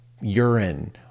urine